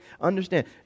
Understand